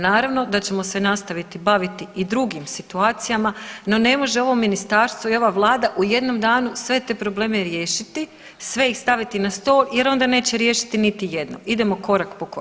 Naravno da ćemo se nastaviti baviti i drugim situacija, no ne može ovo ministarstvo i ova vlada u jednom danu sve te probleme riješiti, sve ih staviti na stol jer onda neće riješiti niti jedno, idemo korak po korak.